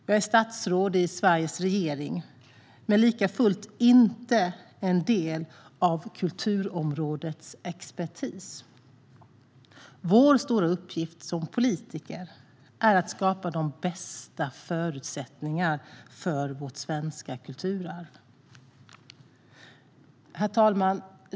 Jag är statsråd i Sveriges regering men likafullt inte en del av kulturområdets expertis. Vår stora uppgift som politiker är att skapa de bästa förutsättningarna för vårt svenska kulturarv. Herr talman!